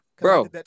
Bro